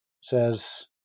says